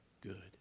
good